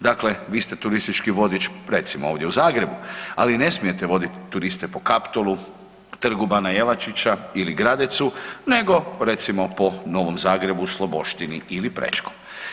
Dakle, vi ste turistički vodič, recimo ovdje u Zagrebu, ali ne smijete voditi turiste po Kaptolu, Trgu bana Jelačića ili Gradecu nego recimo po Novom Zagrebu, Sloboštini ili Prečkom.